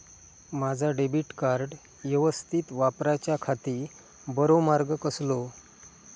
माजा debit card यवस्तीत वापराच्याखाती बरो मार्ग कसलो?